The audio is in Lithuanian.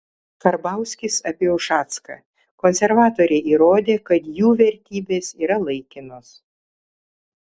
karbauskis apie ušacką konservatoriai įrodė kad jų vertybės yra laikinos